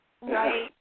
right